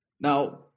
Now